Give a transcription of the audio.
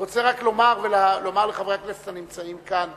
אני רק רוצה לומר לחברי הכנסת הנמצאים כאן